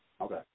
Okay